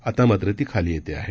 आता मात्र ती खाली येत आहे